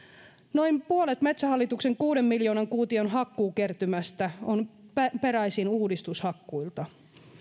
noin puolet metsähallituksen kuuden miljoonan kuution hakkuukertymästä on peräisin uudistushakkuista